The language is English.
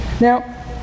Now